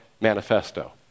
Manifesto